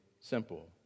simple